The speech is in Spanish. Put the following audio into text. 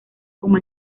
como